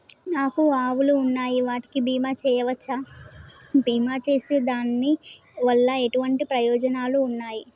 నాకు ఆవులు ఉన్నాయి వాటికి బీమా చెయ్యవచ్చా? బీమా చేస్తే దాని వల్ల ఎటువంటి ప్రయోజనాలు ఉన్నాయి?